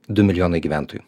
du milijonai gyventojų